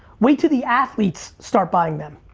wait til the athletes start buying them.